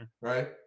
right